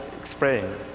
explain